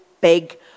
big